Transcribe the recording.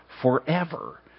forever